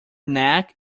neck